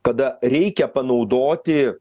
kada reikia panaudoti